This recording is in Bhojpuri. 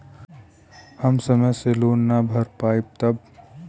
हम समय से लोन ना भर पईनी तब?